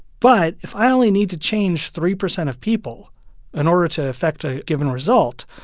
but if i only need to change three percent of people in order to affect a given result,